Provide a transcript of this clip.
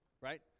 Right